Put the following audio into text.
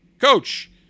coach